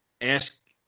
ask